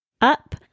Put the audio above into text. up